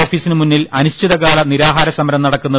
ഓഫീസിനു മുന്നിൽ അനിശ്ചിതകാല നിരാഹാരസമരം നട ക്കുന്നത്